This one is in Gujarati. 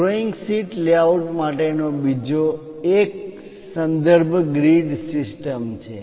ડ્રોઈંગ શીટ લેઆઉટ માટેનો બીજો એક સંદર્ભ ગ્રીડ સિસ્ટમ છે